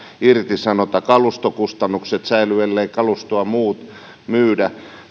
irtisanota kalustokustannukset säilyvät ellei kalustoa myydä